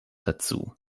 dazu